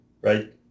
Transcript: right